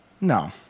No